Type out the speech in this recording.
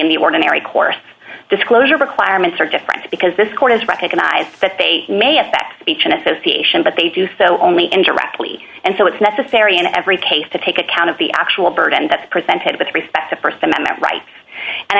in the ordinary course disclosure requirements are different because this court has recognized that they may have that beach and associations but they do so only indirectly and so it's necessary in every case to take account of the actual burden that presented with respect to st amendment right and